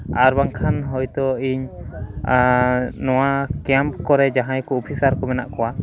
ᱟᱨ ᱵᱟᱝᱠᱷᱟᱱ ᱦᱚᱭᱛᱳ ᱤᱧ ᱱᱚᱣᱟ ᱠᱮᱢᱯ ᱠᱚᱨᱮ ᱡᱟᱦᱟᱸᱭ ᱠᱚ ᱚᱯᱷᱤᱥᱟᱨ ᱠᱚ ᱢᱮᱱᱟᱜ ᱠᱚᱣᱟ